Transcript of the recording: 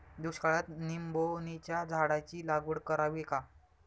दुष्काळात निंबोणीच्या झाडाची लागवड करावी का?